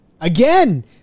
Again